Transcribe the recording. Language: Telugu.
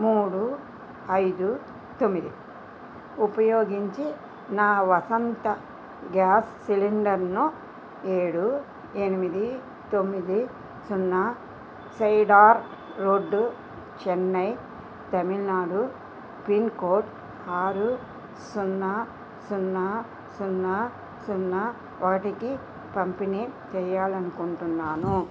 మూడు ఐదు తొమ్మిది ఉపయోగించి నా వసంత గ్యాస్ సిలిండర్ను ఏడు ఎనిమిది తొమ్మిది సున్నా cedar road Chennai Tamil Nadu pin code ఆరు సున్నా సున్నా సున్నా సున్నా ఒకటికి పంపిణీ చెయ్యాలనుకుంటున్నాను